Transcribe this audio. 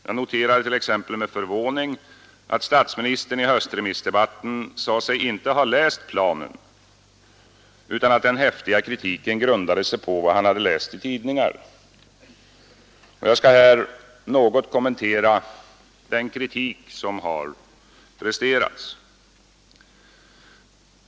Jag noterade t.ex. med förvåning att statsministern i höstremissdebatten sade sig inte ha läst planen utan att den häftiga kritiken grundade sig på vad han läst i tidningar. Jag skall här något kommentera den kritik som presterats.